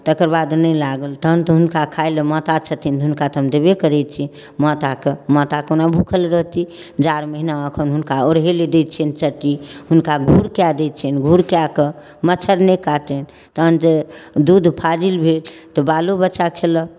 तकर बाद नहि लागल तखन तऽ हुनका खाय लेल माता छथिन हुनका तऽ हम देबे करै छी माताके माता कोना भूखल रहतीह जाड़ महीना एखन हुनका ओढ़य लेल दै छियनि चट्टी हुनका घूर कए दै छियनि घूर कए कऽ मच्छर नहि काटनि तखन तऽ दूध फाजिल भेल तऽ बालो बच्चा खयलक